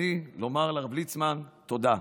ברצוני לומר לרב ליצמן תודה.